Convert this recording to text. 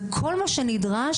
כל מה שנדרש